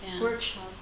Workshop